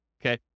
okay